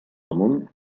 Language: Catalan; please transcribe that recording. amunt